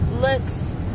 looks